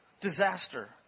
disaster